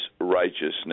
righteousness